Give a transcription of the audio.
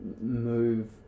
move